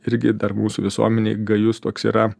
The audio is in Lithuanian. irgi dar mūsų visuomenėj gajus toks yra